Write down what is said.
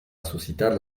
suscitar